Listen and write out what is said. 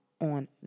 on